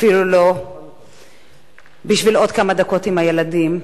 אפילו לא בשביל עוד כמה דקות עם הילדים.